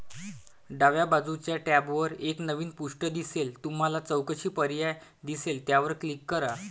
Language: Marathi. डाव्या बाजूच्या टॅबवर एक नवीन पृष्ठ दिसेल तुम्हाला चौकशी पर्याय दिसेल त्यावर क्लिक करा